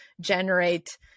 generate